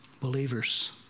Believers